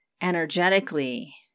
energetically